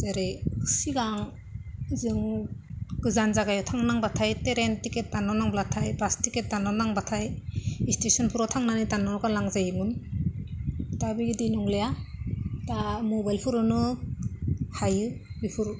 जेरै सिगांआव जों गोजान जागायाव थांनांगौबाथाय ट्रैन टिकेट दाननो नांब्लाथाय बास टिकेट दाननो नांब्लाथाय स्टेसनाव थांनानै दाननो गोनां जायोमोन दा बेबायदि नंलिया दा मबाइलफोरावनो हायो बेफोरखौ